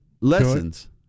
lessons